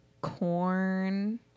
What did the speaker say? corn